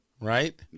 Right